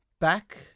Back